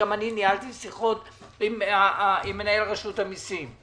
גם אני ניהלתי שיחות עם מנהל רשות המסים,